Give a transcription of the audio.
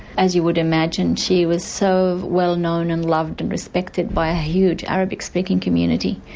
as you would imagine she was so well known and loved and respected by a huge arabic speaking community,